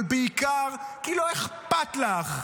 אבל בעיקר כי לא אכפת לך.